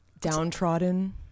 downtrodden